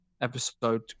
episode